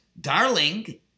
darling